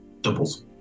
doubles